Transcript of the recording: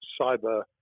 cyber